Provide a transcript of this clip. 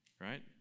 right